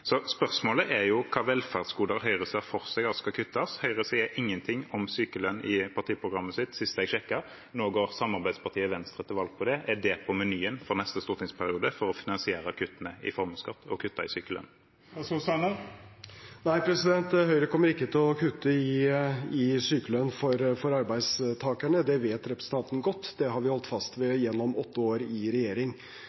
Spørsmålet er hvilke velferdsgoder Høyre ser for seg skal kuttes. Høyre sier ingenting om sykelønn i partiprogrammet sitt sist jeg sjekket. Nå går samarbeidspartiet Venstre til valg på det. Er det på menyen for neste stortingsperiode å kutte i sykelønn for å finansiere kuttene i formuesskatten? Nei, Høyre kommer ikke til å kutte i sykelønn for arbeidstakerne, og det vet representanten godt. Det har vi holdt fast ved